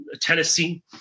Tennessee